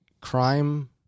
crime